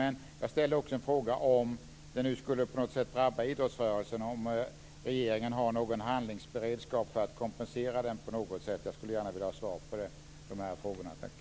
Men om det nu på något sätt skulle drabba idrottsrörelsen, har regeringen då någon handlingsberedskap för att kompensera idrottsrörelsen på något sätt? Jag skulle gärna vilja ha svar på det.